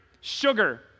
sugar